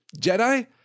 Jedi